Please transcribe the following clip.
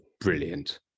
brilliant